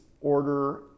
order